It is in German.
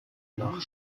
nach